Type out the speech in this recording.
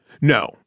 No